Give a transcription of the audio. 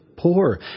Poor